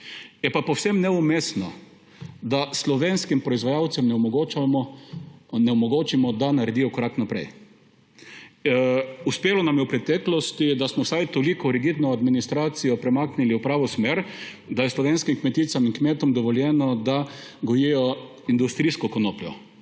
Je pa povsem neumestno, da slovenskim proizvajalcem ne omogočimo, da naredijo korak naprej. Uspelo nam je v preteklosti, da smo vsaj toliko rigidno administracijo premaknili v pravo smer, da je slovenskim kmeticam in kmetom dovoljeno, da gojijo industrijsko konopljo,